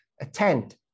attend